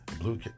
blue